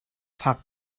fak